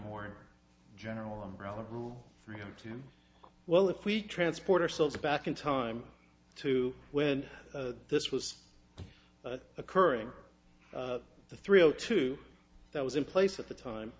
more general umbrella rule for him tim well if we transport ourselves back in time to when this was occurring the three o two that was in place at the time